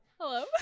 Hello